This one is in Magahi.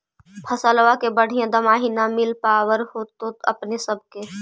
फसलबा के बढ़िया दमाहि न मिल पाबर होतो अपने सब के?